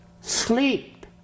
Sleep